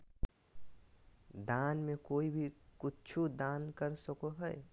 दान में कोई भी कुछु दान कर सको हइ